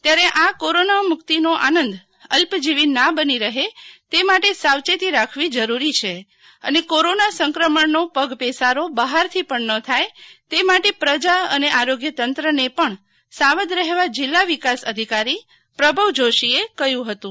ત્યારે આ કોરોના મુક્તિનો આનંદ અલ્પજીવી ના બની રહે તે માટે સાવચેત રાખવી જરૂરી છે અને કોરોના સંક્રમણનો પગપેસારો બહારથી પણ ન થાય તે માટે પ્રજા અને આરોગ્ય તંત્રને પણ સાવધ રહેવા કચ્છના જિલ્લા વિકાસ અધિકારી પ્રભવ જોષીએ કહ્યું હતું